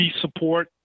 support